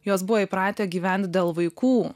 jos buvo įpratę gyvent dėl vaikų